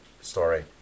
story